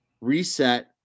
reset